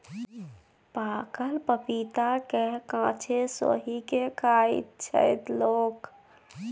पाकल पपीता केँ कांचे सोहि के खाइत छै लोक